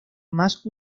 más